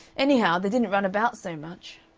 anyhow, they didn't run about so much.